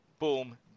Boom